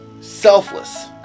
selfless